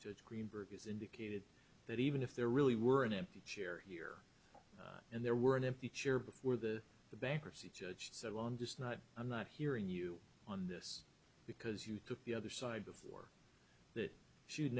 as greenberg has indicated that even if there really were an empty chair here and there were an empty chair before the bankruptcy judge said well i'm just not i'm not hearing you on this because you took the other side before that should